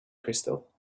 crystal